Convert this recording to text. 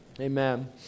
amen